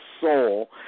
soul